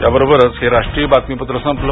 याबरोरच हे राष्ट्रीय बातमीपत्र संपलं